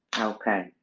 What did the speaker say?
okay